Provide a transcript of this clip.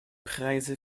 preise